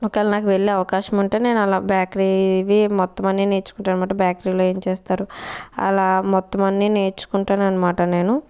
ఒకవేళ నాకు వెళ్ళే అవకాశం ఉంటే నేను వాళ్ళ బ్యేకరీవి మొత్తం అన్ని నేర్చుకుంటానన్నమాట బ్యేకరీలో ఏం చేస్తారు అలా మొత్తం అన్ని నేర్చుకుంటానన్నమాట నేను